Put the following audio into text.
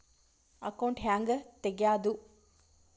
Account ಹ್ಯಾಂಗ ತೆಗ್ಯಾದು?